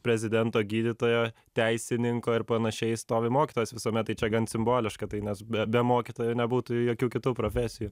prezidento gydytojo teisininko ir panašiai stovi mokytojas visuomet tai čia gan simboliška tai nes be be mokytojo nebūtų jokių kitų profesijų